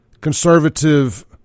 conservative